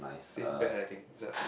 safe bet I think this type of thing